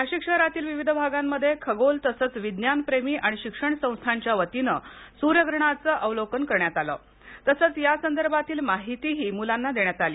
नाशिक शहरातील विविध भागांमध्ये खगोल प्रेमी विज्ञान प्रेमी आणि शिक्षण संस्थांच्या वतीने सूर्यग्रहणाचे अवलोकन करण्यात आले तसेच या संदर्भातील माहितीही मुलांना देण्यात आली